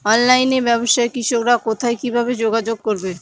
অনলাইনে ব্যবসায় কৃষকরা কোথায় কিভাবে যোগাযোগ করবে?